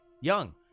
Young